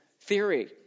theory